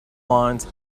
lines